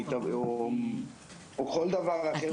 או כל דבר אחר.